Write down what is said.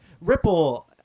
Ripple